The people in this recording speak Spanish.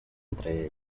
entre